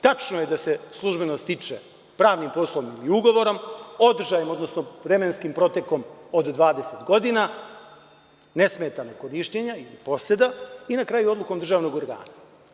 Tačno je da se službeno stiče pravnim i poslovnim ugovorom, vremenskim protekom od 20 godina nesmetanog korišćenja i poseda i na kraju odlukom državnog organa.